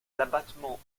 l’abattement